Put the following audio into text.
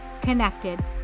connected